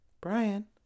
Brian